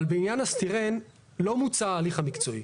אבל בעניין הסטירן, לא מוצה ההליך המקצועי,